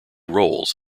rolls